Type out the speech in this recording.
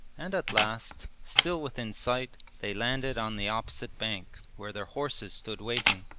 and at last, still within sight, they landed on the opposite bank where their horses stood waiting.